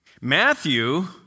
Matthew